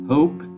Hope